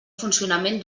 funcionament